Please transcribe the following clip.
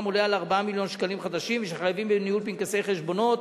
עולה על 4 מיליון שקלים חדשים ושחייבים בניהול פנקסי חשבונות